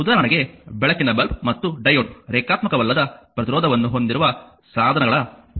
ಉದಾಹರಣೆಗೆ ಬೆಳಕಿನ ಬಲ್ಬ್ ಮತ್ತು ಡಯೋಡ್ ರೇಖಾತ್ಮಕವಲ್ಲದ ಪ್ರತಿರೋಧವನ್ನು ಹೊಂದಿರುವ ಸಾಧನಗಳ ಉದಾಹರಣೆಗಳಾಗಿವೆ